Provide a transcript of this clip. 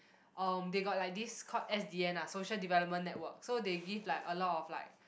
um they got like this called s_d_n ah Social Development Network so they give like a lot of like